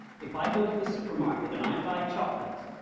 if i go to the supermarket and i buy a chocolate,